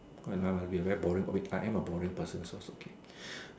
oh I must be a very boring oh I am a very boring person so it's okay